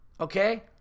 Okay